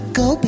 go